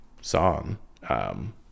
song